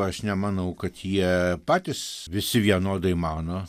aš nemanau kad jie patys visi vienodai mano